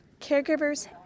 caregivers